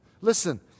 Listen